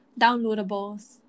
downloadables